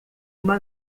uma